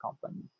company